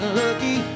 lucky